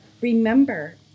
remember